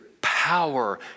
power